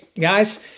guys